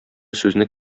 сүзне